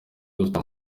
dufite